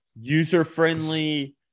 user-friendly